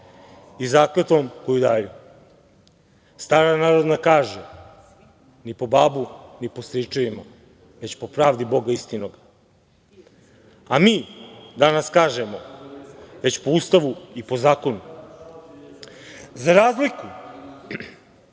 i zakletvom koju daju. Stara narodna kaže – ni po babu, ni po stričevima, već po pravdi Boga i istine, a mi danas kažemo – po Ustavu i po zakonu za razliku